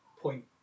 point